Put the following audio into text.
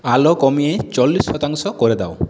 আলো কমিয়ে চল্লিশ শতাংশ করে দাও